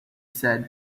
said